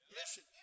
listen